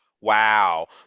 Wow